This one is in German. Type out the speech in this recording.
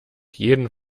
jeden